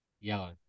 Yellow